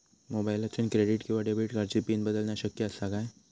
मोबाईलातसून क्रेडिट किवा डेबिट कार्डची पिन बदलना शक्य आसा काय?